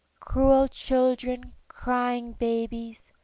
cruel children, crying babies,